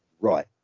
right